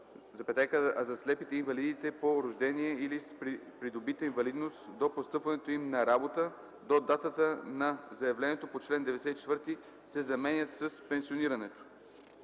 за слепите и инвалидите по рождение или с придобита инвалидност до постъпването им на работа – до датата на заявлението по чл. 94” се заменят с „пенсионирането”.”